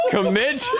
Commit